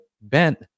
bent